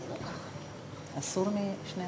לא, את לא מבטלת לי, אני